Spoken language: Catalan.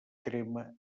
crema